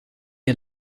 ihr